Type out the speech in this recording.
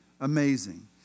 amazing